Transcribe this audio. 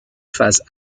phase